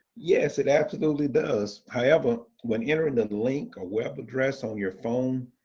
yes, it absolutely does. however, when entering the link or web address on your phone,